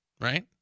right